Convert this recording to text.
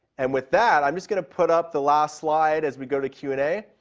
and with that, i'm just going to put up the last slide as we go to q and a.